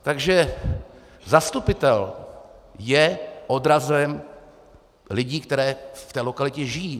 Takže zastupitel je odrazem lidí, kteří v té lokalitě žijí.